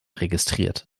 registriert